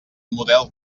model